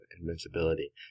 invincibility